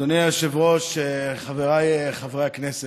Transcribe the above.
אדוני היושב-ראש, חבריי חברי הכנסת,